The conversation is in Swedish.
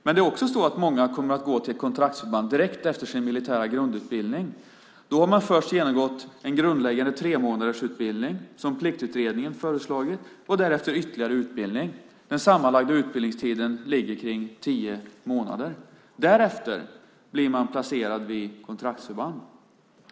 Men det är också så att många kommer att gå till kontraktsförband direkt efter sin militära grundutbildning. Då har de först genomgått en grundläggande tremånadersutbildning, som Pliktutredningen har föreslagit, och därefter ytterligare utbildning. Den sammanlagda utbildningstiden ligger på tio månader. Därefter blir de placerade vid kontraktsförband.